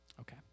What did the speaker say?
Okay